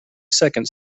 second